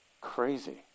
Crazy